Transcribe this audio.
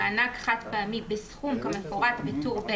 (1)לפני כותרת פרק י'